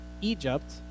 Egypt